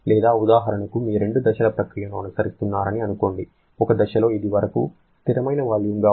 లేదా ఉదాహరణకు మీరు రెండు దశల ప్రక్రియను అనుసరిస్తున్నారని అనుకోండి ఒక దశలో ఇది వరకు స్థిరమైన వాల్యూమ్గా ఉంటుంది